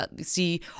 see